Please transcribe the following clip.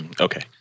Okay